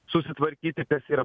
susitvarkyti kas yra